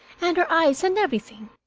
and her eyes and everything